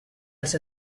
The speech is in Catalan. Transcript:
els